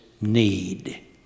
need